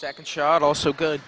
second shot also good